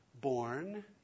born